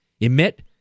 emit